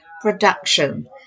production